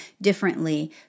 differently